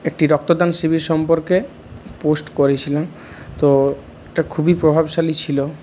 একটি রক্তদান শিবির সম্পর্কে পোস্ট করেছিলাম তো এটা খুবই প্রভাবশালী ছিলো